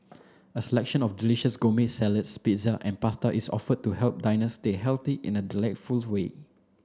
a selection of delicious gourmet salads pizza and pasta is offered to help diners stay healthy in a delightful way